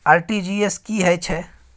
RTG S की है छै?